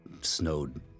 snowed